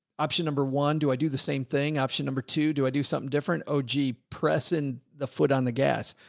option number one, do i do the same thing? option number two, do i do something different? oh, gee. pressing the foot on the gas.